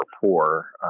poor